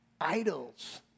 Idols